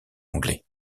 anglais